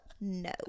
No